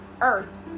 earth